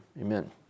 amen